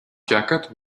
jacket